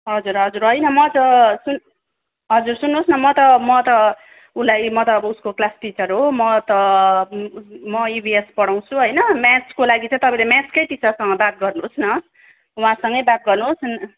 हजुर हजुर होइन म त सुन् हजुर सुन्नुहोस् न म त म त उसलाई नि म त उसको क्लास टिचर हो म त म इभिएस पढाउँछु होइन म्याथ्सको लागि चाहिँ तपाईँले म्याथ्सकै टिचरसँग बात गर्नुहोस् न उहाँसँगै बात गर्नुहोस्